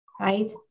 right